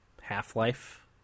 Half-Life